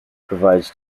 provides